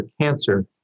cancer